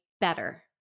better